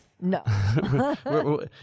No